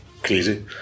Crazy